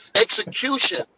execution